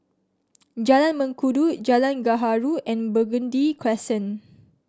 Jalan Mengkudu Jalan Gaharu and Burgundy Crescent